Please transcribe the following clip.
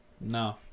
No